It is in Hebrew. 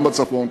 גם בצפון,